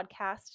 podcast